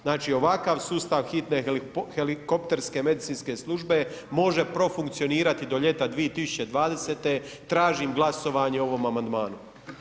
Znači ovakav sustav hitne helikopterske medicinske službe, može profunkcionirati do ljeta 2020., tražim glasovanje o ovom amandmanu.